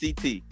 CT